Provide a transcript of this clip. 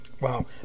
Wow